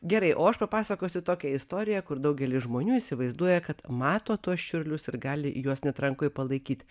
gerai o aš papasakosiu tokią istoriją kur daugelis žmonių įsivaizduoja kad mato tuos čiurlius ir gali juos net rankoj palaikyt